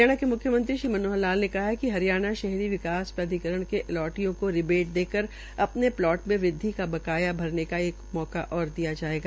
हरियाणा के म्ख्यमत्री श्री मनोहर लाल ने कहा है कि हरियाणा शहरी विकास प्राधिकरण के अलाटियों को रिबेट देकर अ ने प्लॉट में वृदवि का बकाया भरने का एक मौका दिया जायेगा